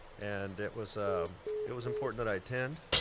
and it was it was important that i attend.